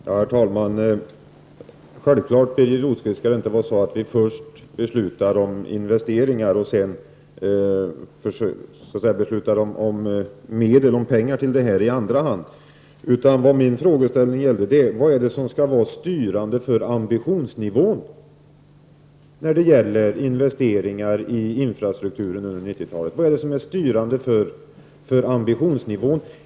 Herr talman! Självklart, Birger Rosqvist, skall vi inte först besluta om investeringar och sedan besluta om pengar till detta i andra hand. Min frågeställning är: Vad skall vara styrande för ambitionsnivån när det gäller investeringar i infrastrukturen under 1990-talet?